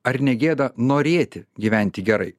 ar negėda norėti gyventi gerai